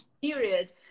period